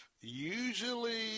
usually